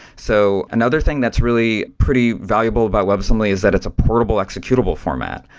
so another thing that's really pretty valuable about webassembly is that it's a portable executable format.